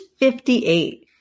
58